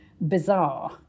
bizarre